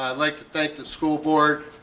like to thank the school board,